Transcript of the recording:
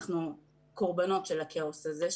אנחנו קורבנות של הכאוס הזה,